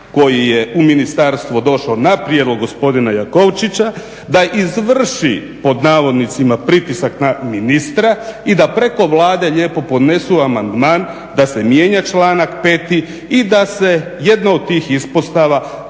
koji je u ministarstvo došao na prijedlog gospodina Jakovčića, da izvrši, pod navodnicima pritisak na ministra i da preko Vlade lijepo podnesu amandman da se mijenja članak 5. i da se jedna od tih ispostava,